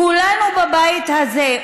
כולנו בבית הזה,